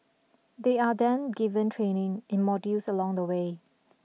they are then given training in modules along the way